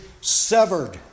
severed